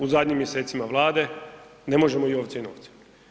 U zadnjim mjesecima Vlade ne možemo i ovce i novce.